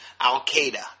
Al-Qaeda